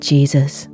Jesus